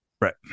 right